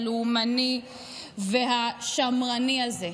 הלאומני והשמרני הזה.